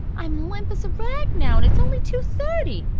i'm limp as a rag now, and it's only two-thirty.